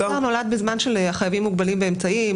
המסלול המקוצר נולד בזמן של חייבים מוגבלים באמצעים.